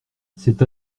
cette